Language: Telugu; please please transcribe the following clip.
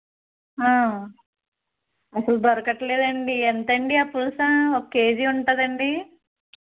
అసలు దొరకడం లేదండి ఎంతండి ఆ పులస ఒక కేజీ ఉంటుందా అండి